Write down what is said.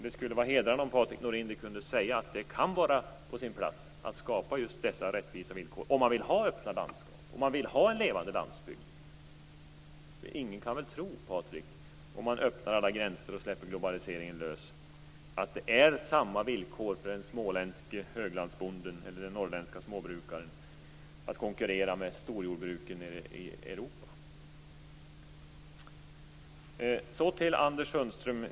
Det skulle vara hedrande om Patrik Norinder kunde säga att det kan vara på sin plats att skapa just dessa rättvisa villkor om man vill ha öppna landskap och en levande landsbygd. Ingen kan väl tro, Patrik Norinder, att det, om man öppnar alla gränser och släpper globaliseringen lös, blir samma villkor för den småländske höglandsbonden eller den norrländska småbrukaren att konkurrera med storjordbruken nere i Europa? Så till Anders Sundström.